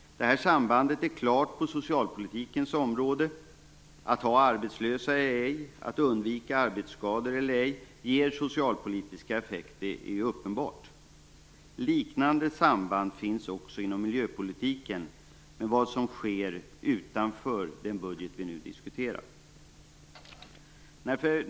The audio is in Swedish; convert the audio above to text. Detta samband är klart på socialpolitiken område. Det är uppenbart att de socialpolitiska effekterna beror på om man har arbetslösa eller ej och om man undviker arbetsskador eller ej. Liknande samband finns också inom miljöpolitiken. Men det sker utanför den budget som vi nu diskuterar.